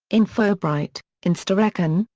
infobright, instarecon,